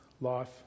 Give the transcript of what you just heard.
life